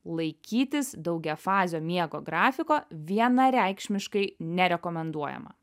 laikytis daugiafazio miego grafiko vienareikšmiškai nerekomenduojama